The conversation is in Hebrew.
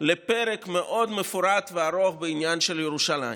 מאשר פרק מאוד מפורט וארוך בעניין של ירושלים.